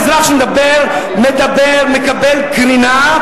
האזרח שמדבר מקבל קרינה,